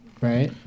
right